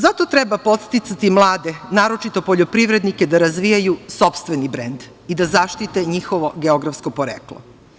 Zato treba podsticati i mlade, naročito poljoprivrednike da razvijaju sopstveni brend i da zaštite njihovo geografsko poreklo.